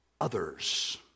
others